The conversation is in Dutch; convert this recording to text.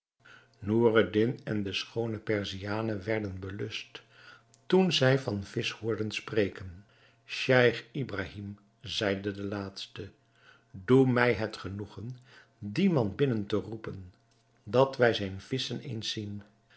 noureddin en de schoone perziane werden belust toen zij van visch hoorden spreken scheich ibrahim zeide de laatste doe mij het genoegen dien man binnen te roepen dat wij zijne visschen eens zien